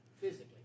physically